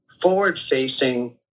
forward-facing